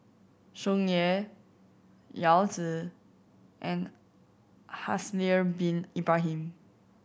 Tsung Yeh Yao Zi and Haslir Bin Ibrahim